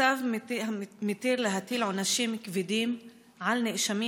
הצו מתיר להטיל עונשים כבדים על נאשמים